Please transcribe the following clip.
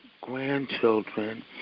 grandchildren